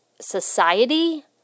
society